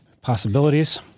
possibilities